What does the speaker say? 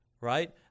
Right